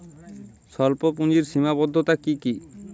স্বল্পপুঁজির সীমাবদ্ধতা কী কী?